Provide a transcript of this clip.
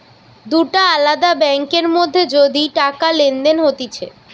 দুটা আলদা ব্যাংকার মধ্যে যদি টাকা লেনদেন হতিছে